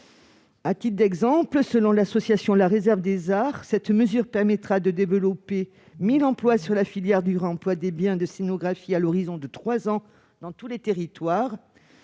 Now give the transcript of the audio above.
À titre d'exemple, selon l'association La Réserve des arts, cette mesure permettra de développer 1 000 emplois sur la filière du réemploi des biens de scénographie dans les trois ans sur tous les territoires,